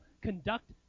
conduct